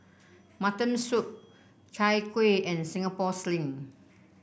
Mutton Soup Chai Kueh and Singapore Sling